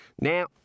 Now